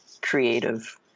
creative